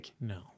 No